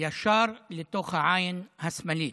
ישר לתוך העין השמאלית.